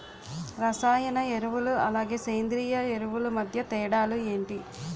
రసాయన ఎరువులు అలానే సేంద్రీయ ఎరువులు మధ్య తేడాలు ఏంటి?